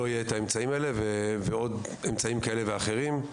יהיה את אמצעים האלה ועוד אמצעים כאלה ואחרים.